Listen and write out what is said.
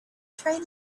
train